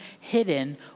hidden